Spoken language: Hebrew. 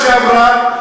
בשנה שעברה,